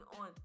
on